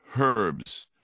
herbs